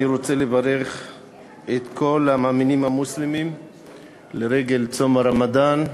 אני רוצה לברך את כל המאמינים המוסלמים לרגל צום הרמדאן.